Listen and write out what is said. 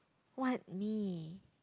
what me